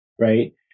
Right